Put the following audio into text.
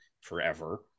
forever